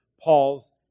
Paul's